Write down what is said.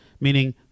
Meaning